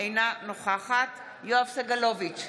אינה נוכחת יואב סגלוביץ'